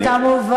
וכמובן,